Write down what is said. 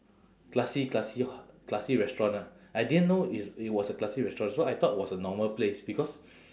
classy classy h~ classy restaurant ah I didn't know i~ it was a classy restaurant so I thought it was a normal place because